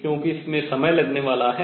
क्योंकि इसमें समय लगने वाला है